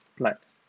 but